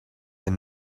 and